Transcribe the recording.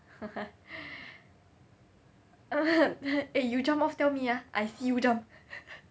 eh you jump off tell me ah I see you jump